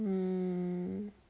mm